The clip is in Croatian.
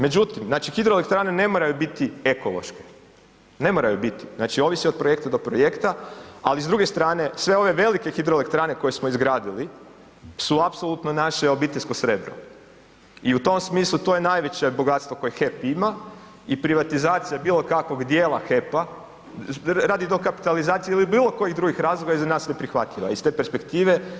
Međutim, znači hidroelektrane ne moraju biti ekološke, ne moraju biti, znači ovisi od projekta do projekta, ali s druge strane sve ove velike hidroelektrane koje smo izgradili su apsolutno naše obiteljsko srebro i u tom smislu to je najveće bogatstvo koje HEP ima i privatizacija bilo kakvog dijela HEP-a radi dokapitalizacije ili bilo kojih drugih razloga je za nas neprihvatljiva iz te perspektive.